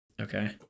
Okay